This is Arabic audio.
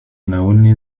ناولني